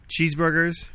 Cheeseburgers